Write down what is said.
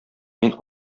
мин